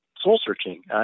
soul-searching